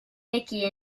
mickey